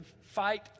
fight